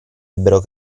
ebbero